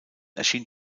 erschien